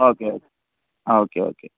okay okay ആ okay okay